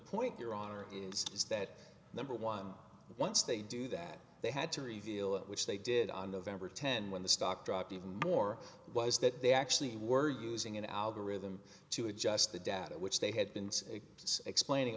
point your honor is is that number one once they do that they had to reveal it which they did on november tenth when the stock dropped even more was that they actually were using an algorithm to adjust the data which they had been explaining